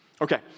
Okay